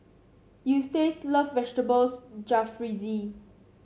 Eustace love Vegetables Jalfrezi